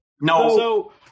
No